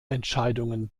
entscheidungen